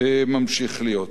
ממשיך להיות.